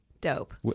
Dope